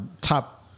top